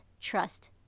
trust